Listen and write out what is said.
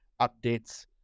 updates